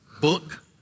book